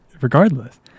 regardless